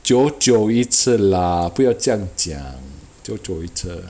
久久一次 lah 不要这样讲久久一次